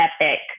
epic